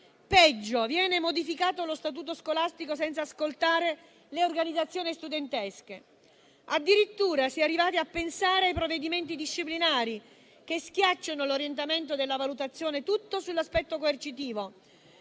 Peggio: viene modificato lo Statuto scolastico senza ascoltare le organizzazioni studentesche; addirittura, si è arrivati a pensare a provvedimenti disciplinari che schiacciano l'orientamento della valutazione tutto sull'aspetto coercitivo.